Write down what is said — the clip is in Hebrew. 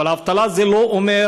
אבל אבטלה זה לא אומר